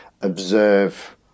observe